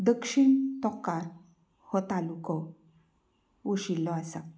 दक्षीण तोंकार हो तालुको वशिल्लो आसा